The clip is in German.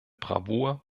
bravour